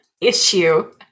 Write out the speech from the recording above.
issue